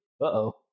Uh-oh